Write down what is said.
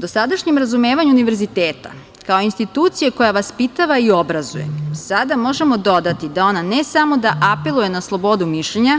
Dosadašnjem razumevanju univerziteta, kao institucije koja vaspitava i obrazuje, do sada možemo dodati da ona, ne samo da apeluje na slobodu mišljenja